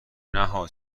نهها